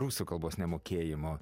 rusų kalbos nemokėjimo